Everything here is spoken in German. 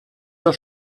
der